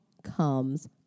comes